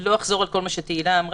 לא אחזור על כל מה שתהלה אמרה.